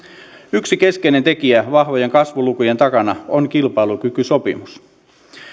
yksi keskeinen tekijä vahvojen kasvulukujen takana on kilpailukykysopimus